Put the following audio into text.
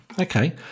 okay